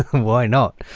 why not?